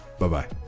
Bye-bye